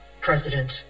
president